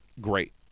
Great